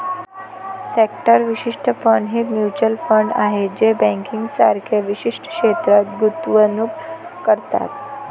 sector विशिष्ट fund हे mutual fund आहेत जे बँकिंग सारख्या विशिष्ट क्षेत्रात गुंतवणूक करतात